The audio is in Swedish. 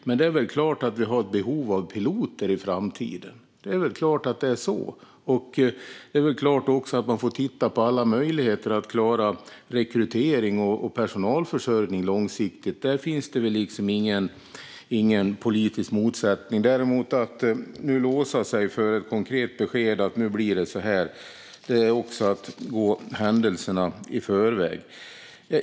Men det är väl klart att vi har ett behov av piloter i framtiden. Det är också klart att man får titta på alla möjligheter att långsiktigt klara rekrytering och personalförsörjning. Där finns det ingen politisk motsättning. Att däremot nu låsa sig för ett konkret besked - "nu blir det så här" - är att gå händelserna i förväg.